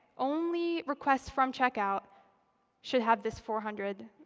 only requests from checkout should have this four hundred